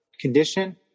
condition